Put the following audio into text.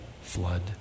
Flood